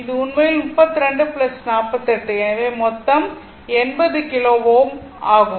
இது உண்மையில் 32 48 எனவே மொத்தம் 80 கிலோ Ω ஆகும்